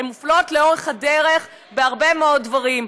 הן מופלות לאורך הדרך בהרבה מאוד דברים,